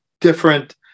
different